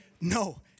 No